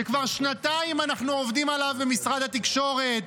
שכבר שנתיים אנחנו עובדים עליו במשרד התקשורת,